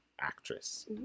actress